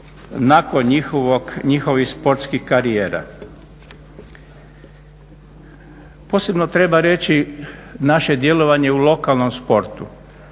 nakon njihovih sportskih karijera. Posebno treba reći naše djelovanje u lokalnom sportu.